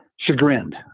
chagrined